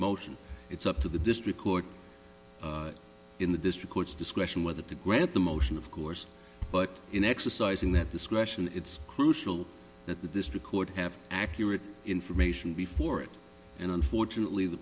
motion it's up to the district court in the district courts discretion whether to grant the motion of course but in exercising that discretion it's crucial that the district court have accurate information before it and unfortunately the